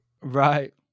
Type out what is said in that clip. Right